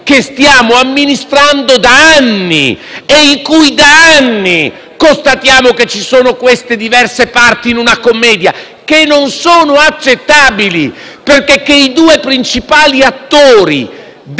che stiamo amministrando da anni e in cui da anni constatiamo che ci sono diverse parti in commedia, che non sono accettabili. Il fatto che i due principali attori della